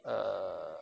err